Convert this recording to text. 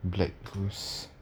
black goose